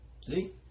See